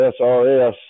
SRS